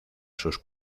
sus